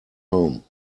home